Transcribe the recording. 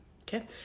Okay